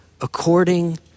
According